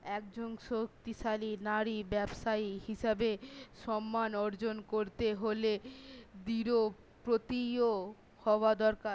একজন শক্তিশালী নারী ব্যবসায়ী হিসাবে সম্মান অর্জন করতে হলে দৃঢ়প্রতিজ্ঞ হওয়া দরকার